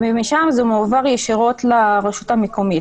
משם זה מועבר ישירות לרשות המקומית.